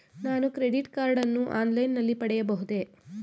ನಾನು credit card ಅನ್ನು online ನಲ್ಲಿ ಪಡೆಯಬಹುದೇ?